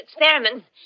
experiments